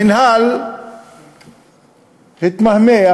המינהל התמהמה,